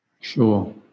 sure